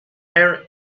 her